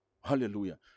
Hallelujah